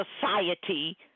society